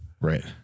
Right